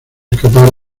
escapar